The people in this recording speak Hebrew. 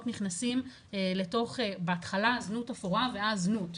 נכנסים לתוך בהתחלה זנות אפורה ואז זנות,